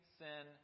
sin